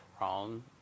wrong